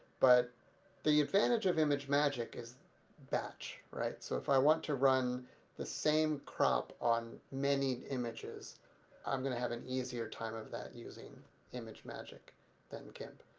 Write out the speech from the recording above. but the advantage of imagemagick is batch, right so if i want to run the same crop on many images i'm going to have an easier time of that using imagemagick than gimp.